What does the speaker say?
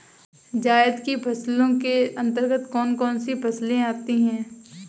जायद की फसलों के अंतर्गत कौन कौन सी फसलें आती हैं?